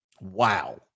Wow